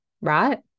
right